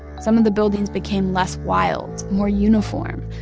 some of the buildings became less wild, more uniform,